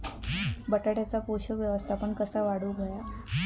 बटाट्याचा पोषक व्यवस्थापन कसा वाढवुक होया?